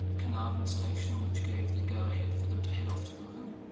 carnarvon station, which gave the go-ahead for them to head off to the moon?